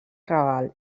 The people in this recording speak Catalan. raval